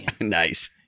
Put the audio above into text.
Nice